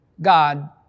God